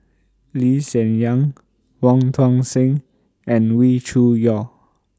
Lee Hsien Yang Wong Tuang Seng and Wee Cho Yaw